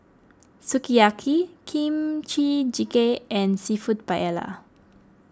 Sukiyaki Kimchi Jjigae and Seafood Paella